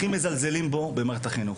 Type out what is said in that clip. שמזלזלים בו הכי הרבה במערכת החינוך